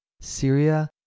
Syria